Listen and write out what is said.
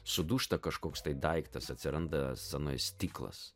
sudūžta kažkoks daiktas atsiranda scenoj stiklas